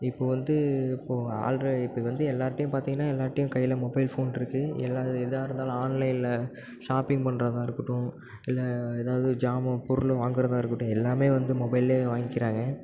இப்போது வந்து இப்போது ஆல்ர இப்போ வந்து எல்லோர்ட்டயும் பார்த்தீங்கன்னா எல்லோர்ட்டயும் கையில் மொபைல் ஃபோன் இருக்குது எல்லாரும் எதாக இருந்தாலும் ஆன்லைனில் ஷாப்பிங் பண்ணுறதா இருக்கட்டும் இல்லை ஏதாவது சாமான் பொருள் வாங்குகிறதா இருக்கட்டும் எல்லாமே வந்து மொபைல்லேயே வாங்கிக்கிறாங்க